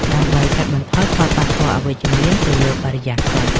ដើម្បីកាត់បន្ថយផលប៉ះពាល់អវិជ្ជមានទៅលើបរិយាកាស។